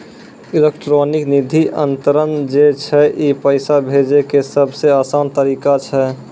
electronic निधि अन्तरन जे छै ई पैसा भेजै के सभ से असान तरिका छै